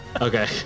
Okay